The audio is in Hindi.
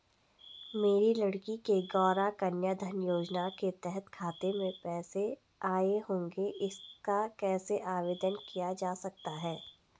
मेरी लड़की के गौंरा कन्याधन योजना के तहत खाते में पैसे आए होंगे इसका कैसे आवेदन किया जा सकता है?